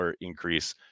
increase